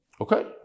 okay